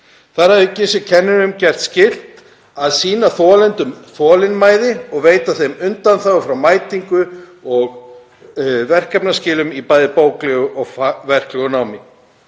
Þar að auki sé kennurum gert skylt að sýna þolendum þolinmæði og veita þeim undanþágu frá mætingu og verkefnaskilum í bæði bóklegu og verklegu námi.